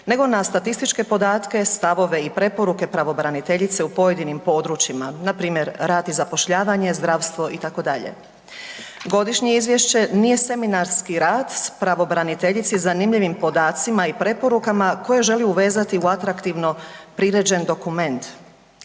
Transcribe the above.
nego na statističke podatke, stavove i preporuke pravobraniteljice u pojedinim područjima npr. rad i zapošljavanje, zdravstvo itd. Godišnje izvješće nije seminarski rad s pravobraniteljici zanimljivim podacima i preporukama koje želi uvezati u atraktivno priređen dokument.